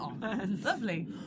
Lovely